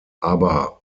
aber